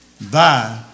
thy